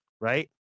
right